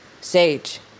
Sage